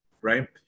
right